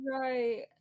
Right